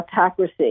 autocracy